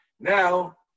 Now